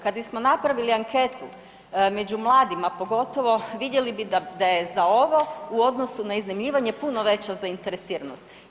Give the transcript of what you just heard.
Kada bismo napravili anketu među mladima pogotovo vidjeli bi da je za ovo u odnosu na iznajmljivanje puno veća zainteresiranost.